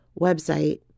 website